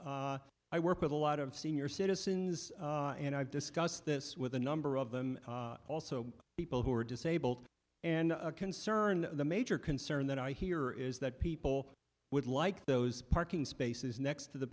i work with a lot of senior citizens and i've discussed this with a number of them also people who are disabled and concerned the major concern that i hear is that people would like those parking spaces next to the